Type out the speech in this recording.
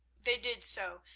they did so,